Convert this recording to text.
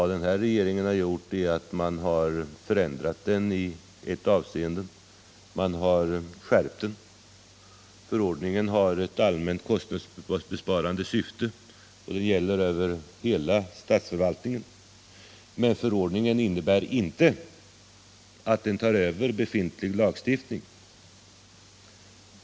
Denna regering har endast förändrat kungörelser i ett avseende, där man har skärpt den. Förordningen har ett allmänt kostnadsbesparande syfte och gäller över hela statsförvaltningen. Men förordningen innebär inte att den tar över befintlig lagstiftning.